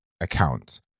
account